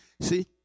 See